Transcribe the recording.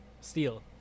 Steal